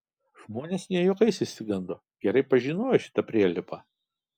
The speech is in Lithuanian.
žmonės ne juokais išsigando gerai pažinojo šitą prielipą